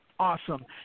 awesome